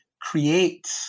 create